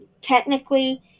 technically